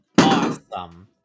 Awesome